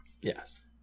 Yes